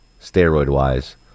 steroid-wise